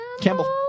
Campbell